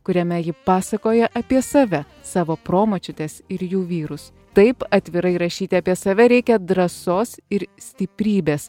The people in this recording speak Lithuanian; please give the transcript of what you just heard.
kuriame ji pasakoja apie save savo promočiutes ir jų vyrus taip atvirai rašyti apie save reikia drąsos ir stiprybės